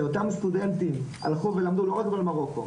שאותם סטודנטים הלכו ולמדו לא רק במרוקו,